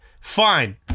fine